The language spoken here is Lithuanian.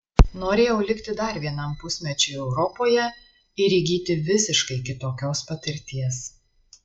norėjau likti dar vienam pusmečiui europoje ir įgyti visiškai kitokios patirties